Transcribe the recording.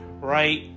Right